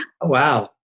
wow